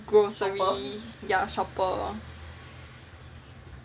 grocery ya shopper